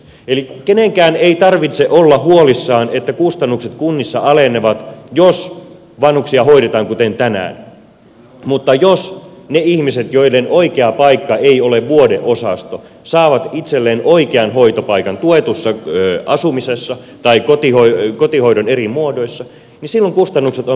eli kenenkään ei tarvitse olla huolissaan että kustannukset kunnissa alenevat jos vanhuksia hoidetaan kuten tänään mutta jos ne ihmiset joiden oikea paikka ei ole vuodeosasto saavat itselleen oikean hoitopaikan tuetussa asumisessa tai kotihoidon eri muodoissa niin silloin kustannuksia on mahdollista alentaa